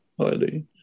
highly